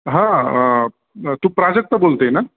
हां तू प्राजक्ता बोलते आहे ना